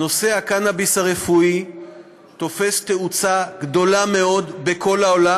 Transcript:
נושא הקנאביס הרפואי תופס תאוצה גדולה מאוד בכל העולם.